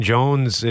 Jones